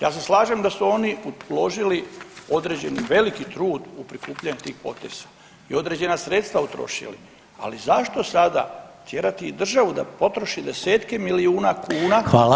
Ja se slažem da su oni uložili određeni veliki trud u prikupljanje tih potpisa i određena sredstva utrošili, ali zašto sada tjerati i državu da potroši desetke milijuna kuna